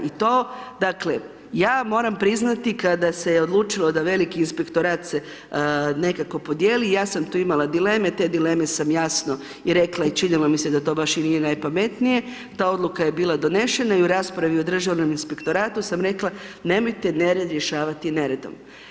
I to, ja moram priznati kada se je odlučilo da veliki inspektorat se nekako podijeli, ja sam tu imala dileme, te dileme sam jasno i rekla i činilo mi se da to baš i nije najpametnije, ta odluka je bila donesena i u raspravi o Državnom inspektoratu sam rekla nemojte nered rješavati neredom.